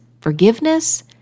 forgiveness